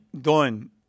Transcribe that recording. Don